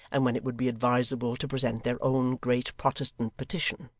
and when it would be advisable to present their own great protestant petition.